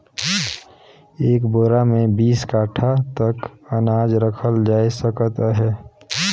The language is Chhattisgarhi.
एक बोरा मे बीस काठा तक अनाज रखल जाए सकत अहे